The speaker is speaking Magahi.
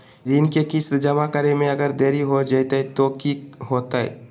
ऋण के किस्त जमा करे में अगर देरी हो जैतै तो कि होतैय?